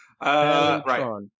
Right